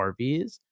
RVs